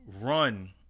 run